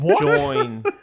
join